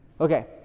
Okay